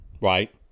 right